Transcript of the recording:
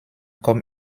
comme